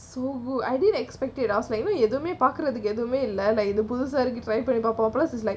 so good I didn't expect it ah எதுமேபாக்கறதுக்குஎதுமேஇல்ல: adhume pakkuradhukku adhume ila populace is like